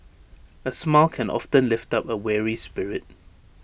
A smile can often lift up A weary spirit